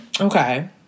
Okay